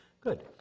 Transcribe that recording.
Good